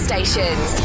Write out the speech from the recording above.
Stations